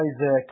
Isaac